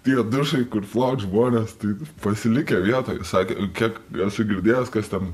tie dušai kur flog žmonės tai pasilikę vietoj sakė kiek esu girdėjęs kas ten